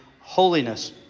holiness